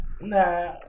Nah